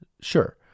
Sure